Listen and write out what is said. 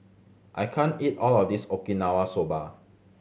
I can't eat all of this Okinawa Soba